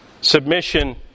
Submission